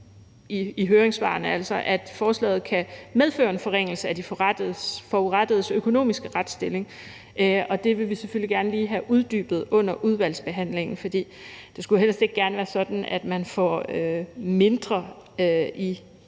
i høringssvarene om, at forslaget kan medføre en forringelse af de forurettedes økonomiske retsstilling, og det vil vi selvfølgelig gerne lige have uddybet under udvalgsbehandlingen. For det skulle helst ikke være sådan, at man får mindre i